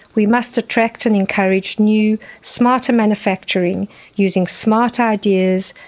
we must attract and encourage new smarter manufacturing using smart ideas,